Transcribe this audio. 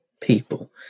people